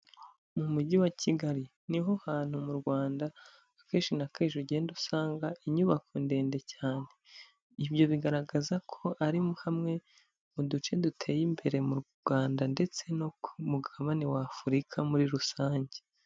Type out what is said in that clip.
Mu mujyi wa Kigali, ni ho hantu mu Rwanda akenshi na kenshi ugenda usanga inyubako ndende cyane. Ibyo bigaragaza ko ari hamwe mu duce duteye imbere mu Rwanda ndetse no ku mugabane w'Afurika muri rusange.